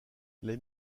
les